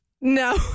No